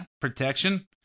protection